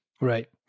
right